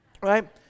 Right